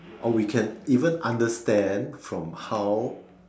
or we can even understand from how